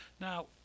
Now